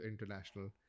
international